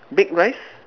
baked rice